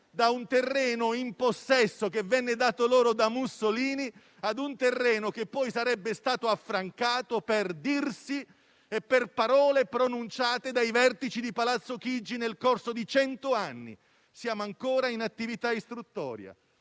da un terreno in possesso, che venne dato loro da Mussolini, ad un terreno che poi sarebbe stato affrancato, secondo le parole pronunciate dai vertici di Palazzo Chigi nel corso di cento anni. Siamo ancora in attività istruttoria,